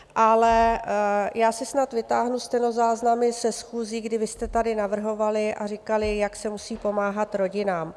Ale já si snad vytáhnu stenozáznamy ze schůzi, kdy vy jste tady navrhovali a říkali, jak se musí pomáhat rodinám.